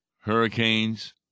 hurricanes